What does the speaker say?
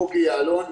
בוגי יעלון,